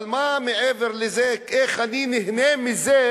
אבל מה מעבר לזה, איך אני נהנה מזה?